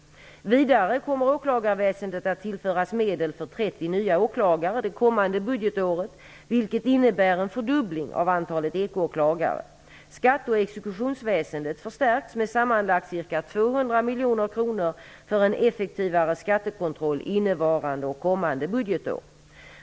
Vidare kommer åklagarväsendet att tillföras medel för 30 nya åklagare det kommande budgetåret vilket innebär en fördubbling av antalet eko-åklagare. Skatte och exekutionsväsendet förstärks också med sammanlagt ca 200 miljoner kronor för en effektivare skattekontroll innevarande och kommande budgetår.